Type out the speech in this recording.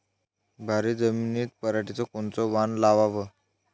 भारी जमिनीत पराटीचं कोनचं वान लावाव?